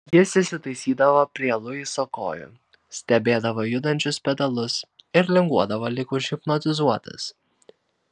jis įsitaisydavo prie luiso kojų stebėdavo judančius pedalus ir linguodavo lyg užhipnotizuotas